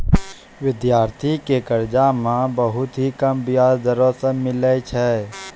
विद्यार्थी के कर्जा मे बहुत ही कम बियाज दरों मे मिलै छै